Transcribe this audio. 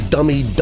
Dummy